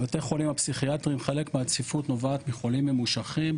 בבתי החולים הפסיכיאטרים חלק מהצפיפות נובעת מחולים ממושכים,